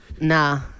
Nah